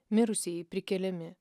mirusieji prikeliami